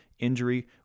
injury